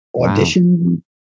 audition